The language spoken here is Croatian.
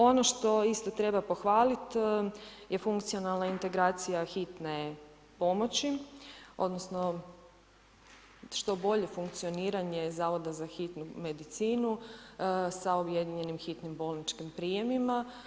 Ono što isto treba pohvalit je funkcionalna integracija Hitne pomoći, odnosno što bolje funkcioniranje Zavoda za hitnu medicinu sa objedinjenim sa objedinjenim hitnim bolničkim prijemima.